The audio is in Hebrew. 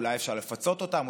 אולי אפשר לפצות אותם,